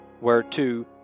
whereto